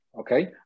okay